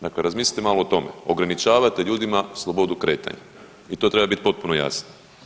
Dakle, razmislite malo o tome, ograničavate ljudima slobodu kretanja i to treba bit potpuno jasno.